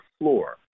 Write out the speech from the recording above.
floor